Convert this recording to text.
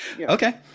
Okay